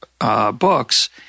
Books